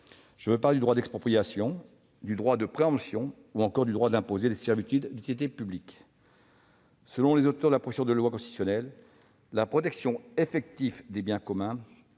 Je veux parler du droit d'expropriation, du droit de préemption ou encore du droit d'imposer des servitudes d'utilité publique. Selon les auteurs de la proposition de loi constitutionnelle, la protection effective des « biens communs